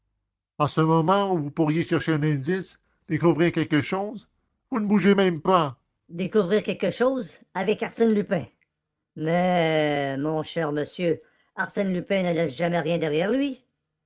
en ce moment où vous pourriez chercher un indice découvrir quelque chose vous ne bougez même pas découvrir quelque chose avec arsène lupin mais mon cher monsieur arsène lupin ne laisse jamais rien derrière lui